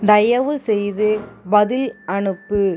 தயவுசெய்து பதில் அனுப்பு